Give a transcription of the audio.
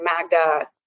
Magda